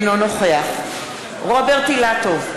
אינו נוכח רוברט אילטוב,